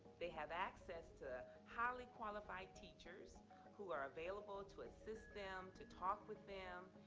they have access to highly qualified teachers who are available to assist them, to talk with them,